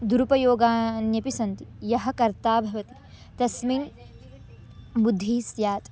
दुरुपयोगान्यपि सन्ति यः कर्ता भवति तस्मिन् बुद्धिः स्यात्